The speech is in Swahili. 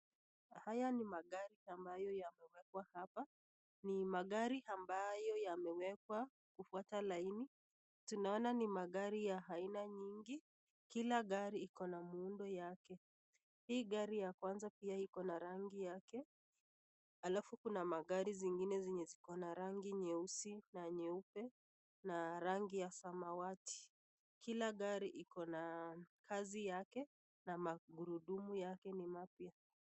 Haya ni magari ambayo yamewekwa hapa, ni magari ambayo yamewekwa kufwata alini, tunaoan ni magari ya ainan nyingi, kila gari iko na muundo yake , hii hari ya kwanza iko na rangi yake , alfu kuko na gari zingine ziko na rangi nyeusi na nyeupe na rangi ya samawati, kila gari iko na kazi yake na magurudumu yake ni mapya.